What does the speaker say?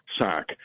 sack